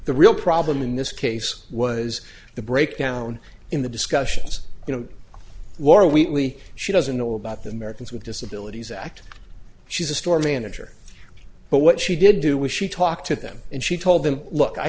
the real problem in this case was the breakdown in the discussions you know or we she doesn't know about the americans with disabilities act she's a store manager but what she did do was she talked to them and she told them look i